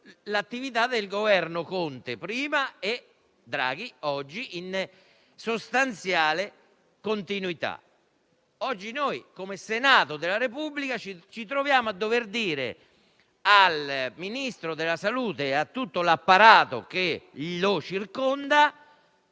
l'attività del Governo Conte, prima, e del Governo Draghi, oggi, in sostanziale continuità. Oggi il Senato della Repubblica si trova a dover dire al Ministro della salute e a tutto l'apparato che lo circonda